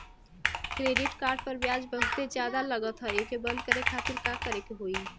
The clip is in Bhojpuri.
क्रेडिट कार्ड पर ब्याज बहुते ज्यादा लगत ह एके बंद करे खातिर का करे के होई?